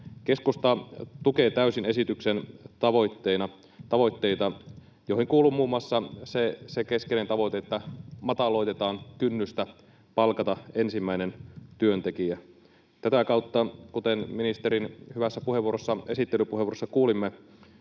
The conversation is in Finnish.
Keskusta tukee täysin esityksen tavoitteita, joihin kuuluu muun muassa se keskeinen tavoite, että mataloitetaan kynnystä palkata ensimmäinen työntekijä. Tätä kautta, kuten ministerin hyvässä esittelypuheenvuorossa kuulimme,